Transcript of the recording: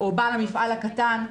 או בעל המפעל הקטן.